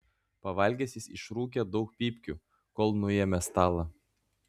pavalgęs jis išrūkė daug pypkių kol nuėmė stalą